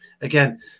Again